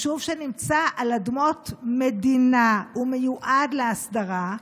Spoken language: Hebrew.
יישוב שנמצא על אדמות מדינה ומיועד להסדרה,